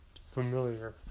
familiar